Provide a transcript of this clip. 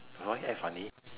I don't want add funny